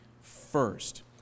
first